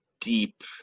deep